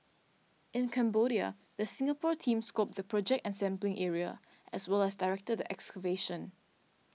in Cambodia the Singapore team scoped the project and sampling area as well as directed the excavation